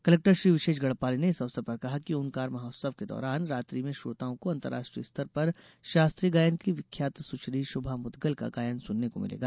collector Shri Vishesh Garhpale ने इस अवसर पर कहा कि ओंकार महोत्सव के दौरान रात्रि में श्रोताओं को अंतर्राष्ट्रीय स्तर पर शास्त्रीय गायन के लिए विख्यात सुश्री शुभा मुद्गल का गायन सुनने को मिलेगा